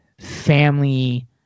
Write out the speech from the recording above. family